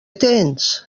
tens